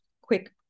quick